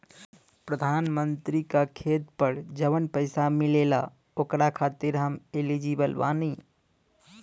प्रधानमंत्री का खेत पर जवन पैसा मिलेगा ओकरा खातिन आम एलिजिबल बानी?